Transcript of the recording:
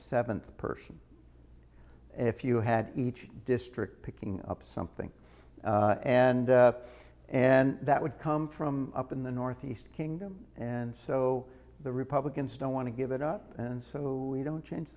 seventh person if you had each district picking up something and and that would come from up in the northeast kingdom and so the republicans don't want to give it up and so we don't change